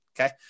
Okay